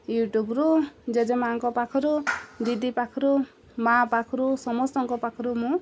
ୟୁଟ୍ୟୁବ୍ରୁ ଜେଜେ ମା'ଙ୍କ ପାଖରୁ ଦିଦି ପାଖରୁ ମା' ପାଖରୁ ସମସ୍ତଙ୍କ ପାଖରୁ ମୁଁ